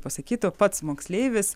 pasakytų pats moksleivis